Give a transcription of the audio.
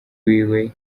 wiwe